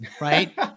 Right